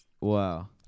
Wow